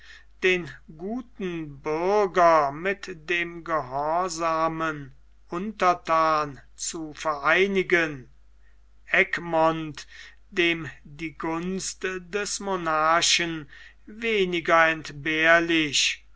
den guten bürger mit dem gehorsamen unterthan zu vereinen egmont dem die gunst des monarchen weniger entbehrlich